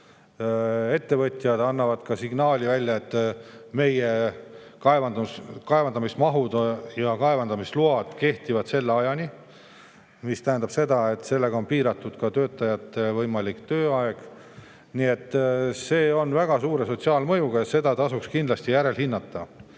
Ettevõtjad annavad signaali välja, et meie kaevandamismahud ja kaevandamisload kehtivad selle ajani, mis tähendab seda, et sellega on piiratud ka töötajate võimalik tööaeg. Nii et see on väga suure sotsiaalmõjuga ja seda tasuks kindlasti hinnata